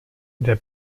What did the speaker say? der